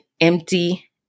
empty